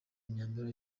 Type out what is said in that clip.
imyambaro